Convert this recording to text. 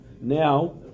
Now